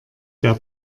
der